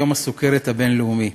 יום הסוכרת הבין-לאומי.